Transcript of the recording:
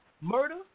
murder